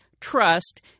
trust